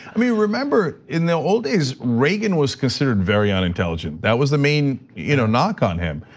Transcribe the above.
i mean remember, in the old days reagan was considered very unintelligent, that was the main you know knock on him.